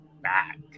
back